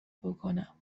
بکنم